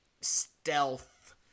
stealth